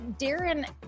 Darren